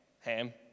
ham